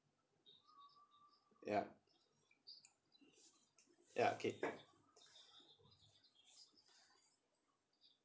ya ya okay